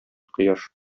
кояш